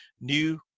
New